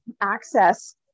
access